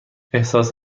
احساس